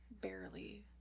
Barely